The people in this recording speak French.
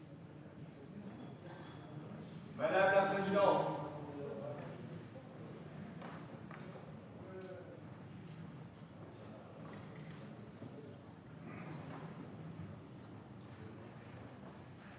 Madame la présidente,